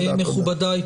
תודה רבה, מכובדיי.